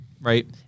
Right